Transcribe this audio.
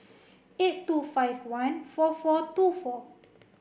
eight two five one four four two four